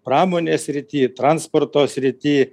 pramonės srity transporto srity